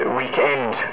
weekend